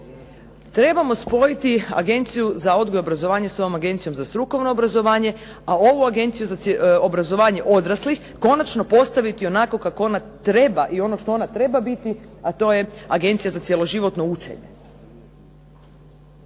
trebamo spojiti Agenciju za odgoj i obrazovanje s ovom Agencijom za strukovno obrazovanje, a ovu Agenciju za obrazovanje odraslih konačno postaviti onako kako ona treba i ono što ona treba biti, a to je Agencija za cjeloživotno učenje.